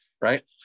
Right